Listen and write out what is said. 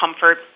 comfort